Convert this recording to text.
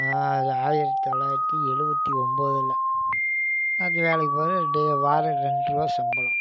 அது ஆயிரத்தி தொள்ளாயிரத்தி எழுபத்தி ஒம்போதில் அந்த வேலைக்கு போகிறது வாரம் ரெண்டுருவா சம்பளம்